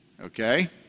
Okay